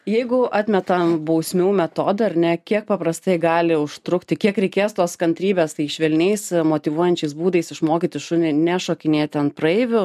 jeigu atmetam bausmių metodą ar ne kiek paprastai gali užtrukti kiek reikės tos kantrybės švelniais motyvuojančiais būdais išmokyti šunį nešokinėti ant praeivių